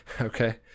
okay